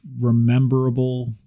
rememberable